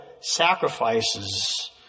sacrifices